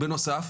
בנוסף,